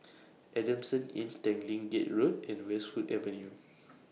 Adamson Inn Tanglin Gate Road and Westwood Avenue